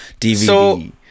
DVD